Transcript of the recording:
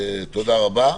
תודה רבה.